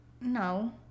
No